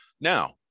Now